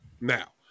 Now